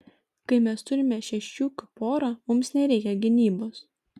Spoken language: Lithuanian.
kai mes turime šešiukių porą mums nereikia gynybos